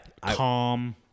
calm